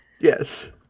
yes